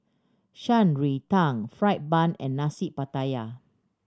Shan Rui Tang fried bun and Nasi Pattaya